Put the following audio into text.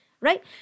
right